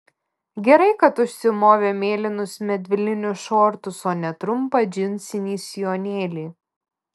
gerai kad užsimovė mėlynus medvilninius šortus o ne trumpą džinsinį sijonėlį